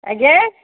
ଆଜ୍ଞା